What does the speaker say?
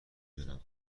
دونم